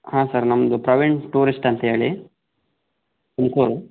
ಹಾಂ ಸರ್ ನಮ್ಮದು ಪ್ರವೀಣ್ ಟೂರಿಶ್ಟ್ ಅಂತೇಳಿ ತುಮಕೂರು